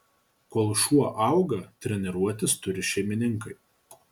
kol šuo auga treniruotis turi šeimininkai